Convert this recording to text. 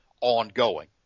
ongoing